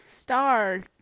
Star